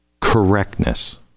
correctness